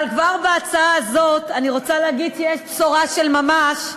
אבל אני רוצה להגיד שכבר בהצעת הזאת יש בשורה של ממש,